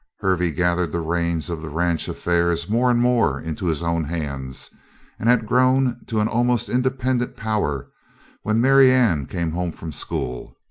hervey gathered the reins of the ranch affairs more and more into his own hands and had grown to an almost independent power when marianne came home from school.